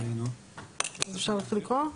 אז אפשר להתחיל לקרוא?